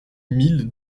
mille